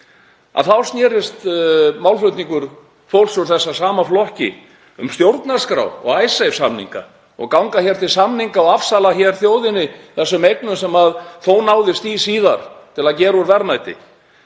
þá snerist málflutningur fólks úr þessum sama flokki um stjórnarskrá og Icesave-samninga og að ganga hér til samninga og afsala þjóðinni þessum eignum, sem þó náðist í síðar til að gera úr verðmæti,